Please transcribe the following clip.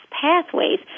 pathways